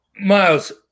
Miles